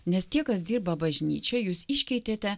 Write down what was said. nes tie kas dirba bažnyčią jūs iškeitėte